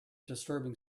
disturbing